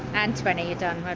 and twenty, you're done,